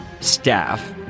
staff